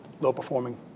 low-performing